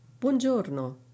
Buongiorno